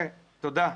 תודה.